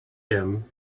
him